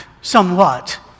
somewhat